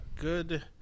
good